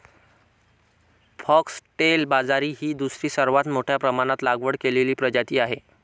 foxtail बाजरी ही दुसरी सर्वात मोठ्या प्रमाणात लागवड केलेली प्रजाती आहे